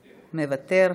מוותר,